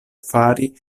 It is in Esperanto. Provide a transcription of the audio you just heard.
fari